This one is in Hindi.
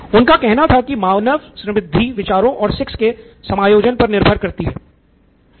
उनका कहना था कि मानव समृद्धि विचारों और सेक्स के समायोजन पर निर्भर करती है